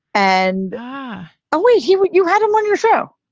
and a way you you had him on your show.